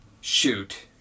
Shoot